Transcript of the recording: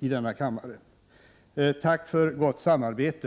i denna kammare. Tack för gott samarbete!